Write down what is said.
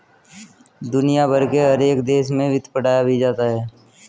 दुनिया भर के हर एक देश में वित्त पढ़ाया भी जाता है